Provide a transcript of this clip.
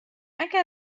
اگه